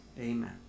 Amen